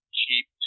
cheap